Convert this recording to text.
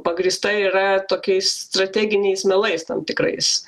pagrįsta yra tokiais strateginiais melais tam tikrais